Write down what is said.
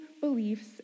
beliefs